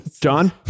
John